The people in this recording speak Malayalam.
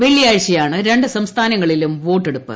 വെള്ളിയാഴ്ചയാണ് രണ്ടു സംസ്ഥാനങ്ങളിലും വോട്ടെടുപ്പ്